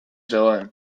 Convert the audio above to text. zegoen